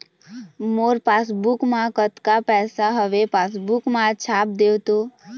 मोर passbook मा कतका पैसा हवे पासबुक मा छाप देव तो?